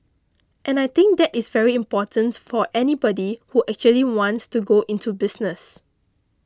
and I think that is very important for anybody who actually wants to go into business